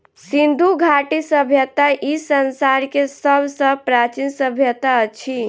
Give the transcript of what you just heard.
सिंधु घाटी सभय्ता ई संसार के सब सॅ प्राचीन सभय्ता अछि